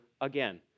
again